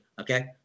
Okay